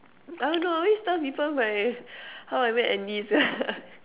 I don't know I always tell people my how I met Andy sia